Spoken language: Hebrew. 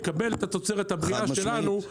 לקבל את התוצרת הבריאה שלנו -- חד משמעית.